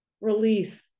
release